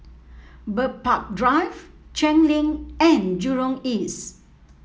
Bird Park Drive Cheng Lim and Jurong East